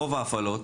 רוב ההפעלות,